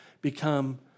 become